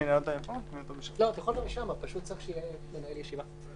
אתה יכול גם משם, אבל פשוט צריך שיהיה מנהל ישיבה.